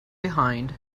behind